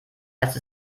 als